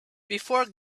before